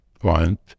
point